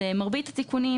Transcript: מרבית התיקונים,